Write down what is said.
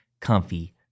comfy